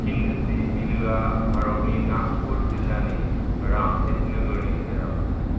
खिन्दसि बिलोआ भारतनि नागपुर जिल्लानि रामटेक नोगोरनि सेराव